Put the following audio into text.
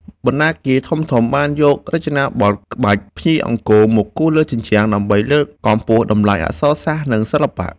បណ្ណាគារធំៗបានយករចនាបថក្បាច់ភ្ញីអង្គរមកគូរលើជញ្ជាំង ដើម្បីលើកកម្ពស់តម្លៃអក្សរសាស្ត្រ និងសិល្បៈ។